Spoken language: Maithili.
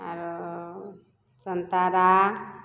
आरो संतरा